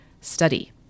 study